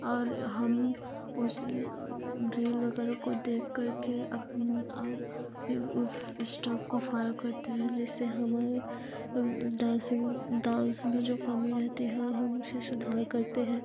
और हम उस रील वगैरह को देख करके अपन आ उस स्टेप को फ़ॉलो करते हैं जिससे हमारे डांसिंग डांस में जो कमी रहती हैं हम उसे सुधार करते हैं